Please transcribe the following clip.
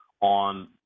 on